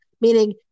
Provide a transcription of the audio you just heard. Meaning